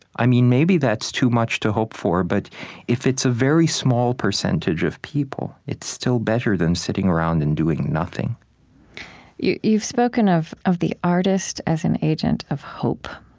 i mean, maybe that's too much to hope for, but if it's a very small percentage of people, it's still better than sitting around and doing nothing you've you've spoken of of the artist as an agent of hope,